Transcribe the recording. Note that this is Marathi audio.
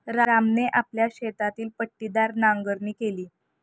रामने आपल्या शेतातील पट्टीदार नांगरणी केली